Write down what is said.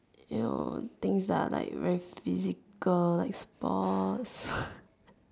you know things are like very physical like sports